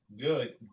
good